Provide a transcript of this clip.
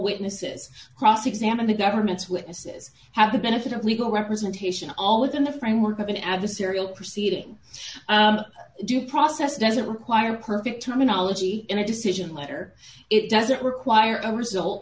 witnesses cross examine the government's witnesses have the benefit of legal representation all in the framework of an adversarial proceeding due process doesn't require perfect terminology in a decision letter it doesn't require a result